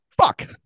fuck